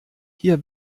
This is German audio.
hier